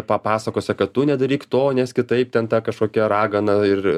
papasakosiu kad tu nedaryk to nes kitaip ten tą kažkokia ragana ir